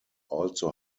also